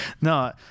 No